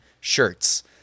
shirts